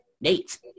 Nate